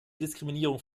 diskriminierung